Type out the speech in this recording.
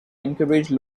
encourage